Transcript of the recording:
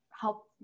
help